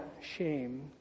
shame